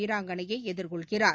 வீராங்கனையைஎதிர்கொள்கிறார்